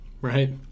Right